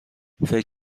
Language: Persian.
فکر